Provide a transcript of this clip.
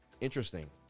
Interesting